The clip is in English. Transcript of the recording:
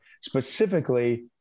specifically